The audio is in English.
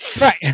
Right